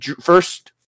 first